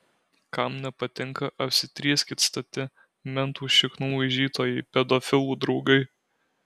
kam nepatinka apsitrieskit stati mentų šiknų laižytojai pedofilų draugai